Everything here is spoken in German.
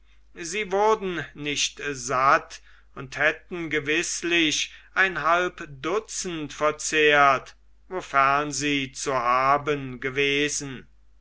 sie wurden nicht satt und hätten gewißlich ein halb dutzend verzehrt wofern sie zu haben gewesen